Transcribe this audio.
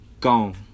Gone